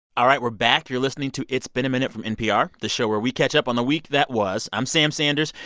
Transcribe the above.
all right. we're back. you're listening to it's been a minute from npr, the show where we catch up on the week that was. i'm sam sanders,